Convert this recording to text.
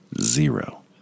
Zero